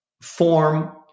form